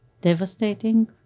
devastating